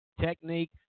technique